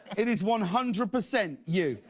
it is one hundred percent you.